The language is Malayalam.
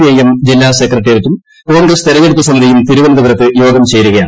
ഐഎം ജില്ലാ സെക്രട്ടറിയറ്റും കോൺഗ്രസ് തിരഞ്ഞെടുപ്പു സമിതിയും തിരുവനന്തപുരത്ത് യോഗം ചേരുകയാണ്